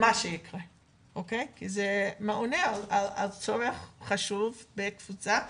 כי זה עונה על צורך חשוב בקבוצה.